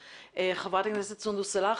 חברת הכנסת סונדוס סאלח,